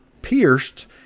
pierced